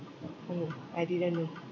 orh I didn't know